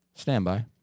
Standby